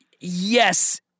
Yes